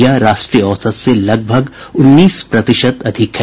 यह राष्ट्रीय औसत से लगभग उन्नीस प्रतिशत अधिक है